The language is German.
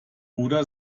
oder